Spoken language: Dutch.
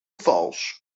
vals